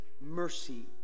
mercy